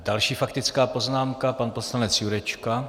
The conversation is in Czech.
Další faktická poznámka pan poslanec Jurečka.